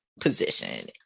position